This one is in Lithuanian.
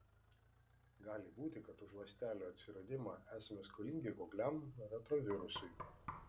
gali būti kad už ląstelių atsiradimą esame skolingi kukliam retrovirusui